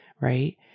right